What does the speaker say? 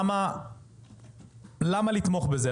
למה לתמוך בזה?